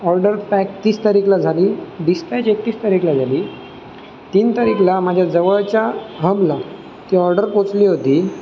order pack तीस तारीखला झाली डिस्पॅच एकतीस तारीखला झाली तीन तारीखला माझ्या जवळच्या हबला ती ऑर्डर पोचली होती